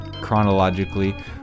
Chronologically